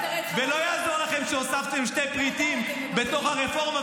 ולא יעזור לכם שהוספתם שני פריטים בתוך הרפורמה,